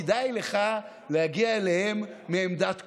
כדאי לך להגיע אליהן מעמדת כוח.